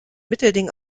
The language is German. mittelding